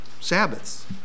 Sabbaths